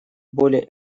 более